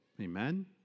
Amen